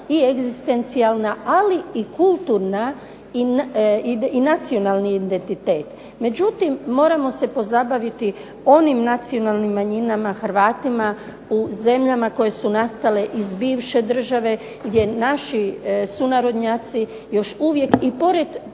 egzistencijalna ali i kulturna i nacionalni identitet. Međutim, moramo se pozabaviti onim nacionalnim manjinama Hrvatima u zemljama koje su nastale iz bivše države, gdje naši sunarodnjaci, uvijek i pored